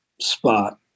spot